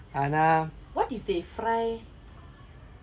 what if they fry